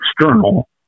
external